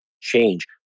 change